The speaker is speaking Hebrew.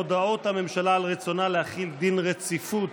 הודעת הממשלה על רצונה להחיל דין רציפות